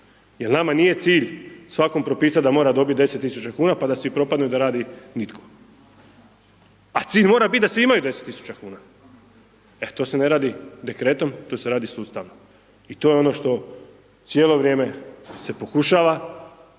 Jer nama nije cilj svakom propisat da mora dobiti 10.000 kuna pa da svi propadnu i da radi nitko, a cilj mora bit da svi imaju 10.000 kuna, e to se ne radi dekretom to se radi sustavno i to je ono što cijelo vrijeme se pokušava